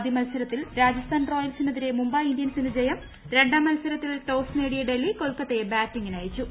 എല്ലിൽ ആദ്യ മൽസരത്തിൽ രാജസ്ഥാൻ റോയൽസിനെതിരെ മുംബൈ ഇന്ത്യൻസിന് ജയം രണ്ടാം മൽസരത്തിൽ ടോസ് നേടിയ ഡൽഹി കൊൽക്കത്തയെ ബാറ്റിങ്ങിനയച്ചു